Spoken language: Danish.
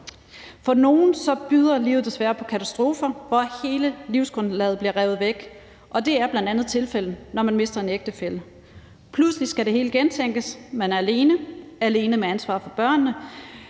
For nogle byder livet desværre på katastrofer, hvor hele livsgrundlaget bliver revet væk, og det er bl.a. tilfældet, når man mister en ægtefælle. Pludselig skal det hele gentænkes; man er alene, alene med ansvaret for børnene,